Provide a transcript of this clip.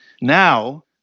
Now